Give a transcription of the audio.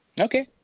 okay